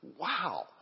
wow